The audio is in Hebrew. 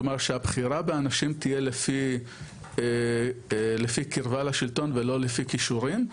כלומר שהבחירה באנשים תהיה לפי קירבה לשלטון ולא לפי כישורים,